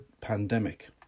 pandemic